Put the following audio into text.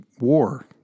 war